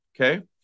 okay